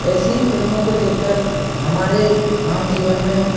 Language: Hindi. ऐसी ही फिल्मों को देखकर हमारे आम जीवन में